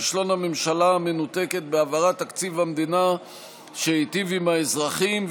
כישלון הממשלה המנותקת בהעברת תקציב המדינה שייטיב עם האזרחים,